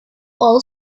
old